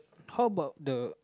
top of the